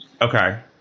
Okay